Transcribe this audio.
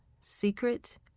Secret